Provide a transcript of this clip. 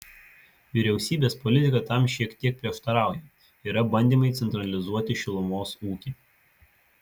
vyriausybės politika tam šiek tiek prieštarauja yra bandymai centralizuoti šilumos ūkį